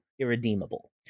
irredeemable